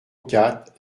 quatre